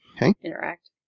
interact